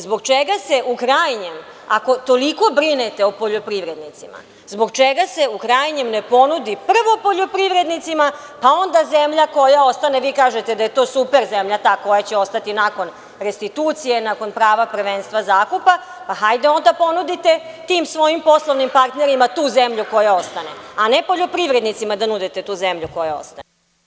Zbog čega se u krajnjem, ako toliko brinete o poljoprivrednicima, ne ponudi prvo poljoprivrednicima, pa onda zemlja koja ostane, vi kažete da je to super zemlja, ta koja će ostati nakon restitucije, nakon prava prvenstva zakupa, pa hajde onda ponudite tim svojim poslovnim partnerima tu zemlju koja ostane, a ne poljoprivrednicima da nudite tu zemlju koja ostane?